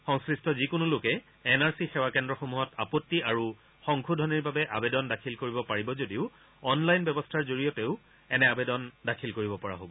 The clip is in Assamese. সংশ্লিষ্ট যিকোনো লোকে এন আৰ চি সেৱা কেন্দ্ৰসমূহত আপত্তি আৰু সংশোধনীৰ বাবে আৱেদন দাখিল কৰিব পাৰিব যদিও আনলাইন ব্যৱস্থাৰ জৰিয়তেও এনে আৱেদন দাখিল কৰিব পৰা হব